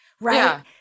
right